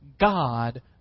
God